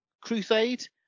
crusade